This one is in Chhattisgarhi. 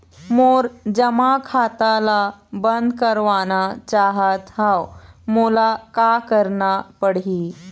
मोर जमा खाता ला बंद करवाना चाहत हव मोला का करना पड़ही?